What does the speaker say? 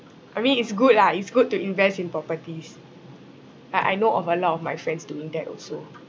I mean it's good lah it's good to invest in properties uh I know of a lot of my friends doing that also